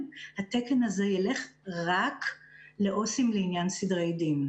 שהתקן הזה ילך רק לעובדים סוציאליים לעניין סדרי דין.